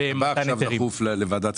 נוף הגליל,